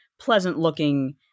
pleasant-looking